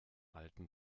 alten